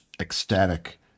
ecstatic